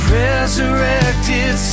resurrected